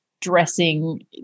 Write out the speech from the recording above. dressing